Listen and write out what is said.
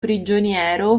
prigioniero